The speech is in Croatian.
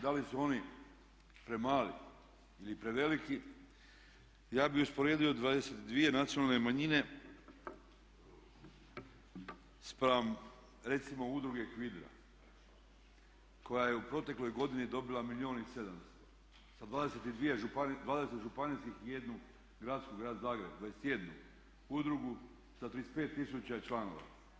Da li su oni premali ili preveliki, ja bih usporedio 22 nacionalne manjine spram recimo Udruge HVIDRA koja je u protekloj godini dobila milijun i 700 sa 20 županijskih i 1 gradsku, Grad Zagreb, 21 udrugu sa 35 000 članova.